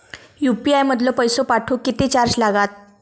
UPI मधलो पैसो पाठवुक किती चार्ज लागात?